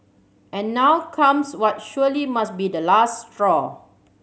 and now comes what surely must be the last straw